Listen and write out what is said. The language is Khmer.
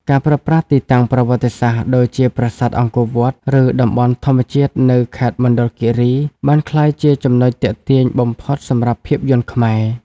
ការប្រើប្រាស់ទីតាំងប្រវត្តិសាស្ត្រដូចជាប្រាសាទអង្គរវត្ត ឬតំបន់ធម្មជាតិនៅខេត្តមណ្ឌលគិរី បានក្លាយជាចំណុចទាក់ទាញបំផុតសម្រាប់ភាពយន្តខ្មែរ។